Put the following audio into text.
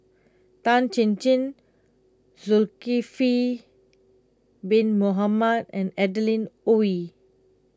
Tan Chin Chin Zulkifli Bin Mohamed and Adeline Ooi